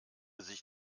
sich